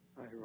Hi